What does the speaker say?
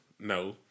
no